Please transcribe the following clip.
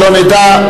שלא נדע,